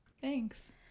Thanks